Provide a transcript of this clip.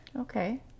Okay